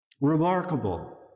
Remarkable